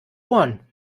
ohren